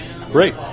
Great